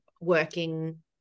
working